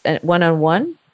one-on-one